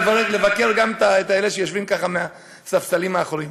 לבקר גם את אלה שיושבים בספסלים האחוריים.